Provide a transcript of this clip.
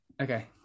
Okay